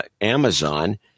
Amazon